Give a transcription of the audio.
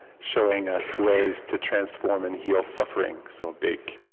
showing us ways to transform and heal suffering. so a big